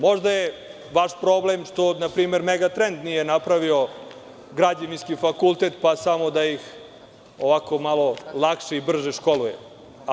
Možda je problem što npr. Megatrend nije napravio građevinski fakultet, pa samo da ih ovako malo lakše i brže školujemo.